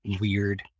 weird